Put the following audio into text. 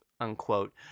unquote